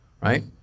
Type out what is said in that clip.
right